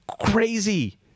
crazy